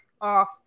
off